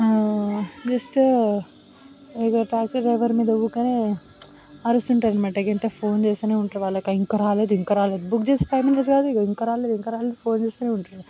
just ఇక taxi driver మీద ఊరికనే అరుస్తుంటారు అన్నమాట ఇంత ఫోన్ చేస్తూనే ఉంటారు వాళ్లకు ఇంకా రాలేదు ఇంకా రాలేదు బుక్ చేసి ఫైవ్ మినిట్స్ కాదు ఇదిగో ఇంకా రాలేదు ఇంకా రాలేదు అని ఫోన్ చేస్తూనే ఉంటారు